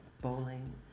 bowling